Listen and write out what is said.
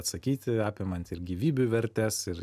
atsakyti apimant ir gyvybių vertes ir